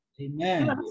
Amen